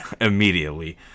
immediately